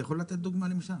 אתה יכול לתת דוגמא למשל?